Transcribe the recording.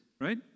Right